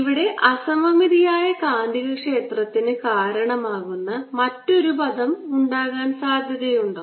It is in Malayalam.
ഇവിടെ അസമമിതിയായ കാന്തികക്ഷേത്രത്തിന് കാരണമാകുന്ന മറ്റൊരു പദം ഉണ്ടാകാൻ സാധ്യതയുണ്ടോ